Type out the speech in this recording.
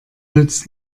nützt